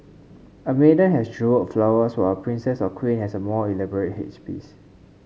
a maiden has jewelled flowers while a princess or queen has a more elaborate headpiece